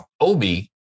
Obi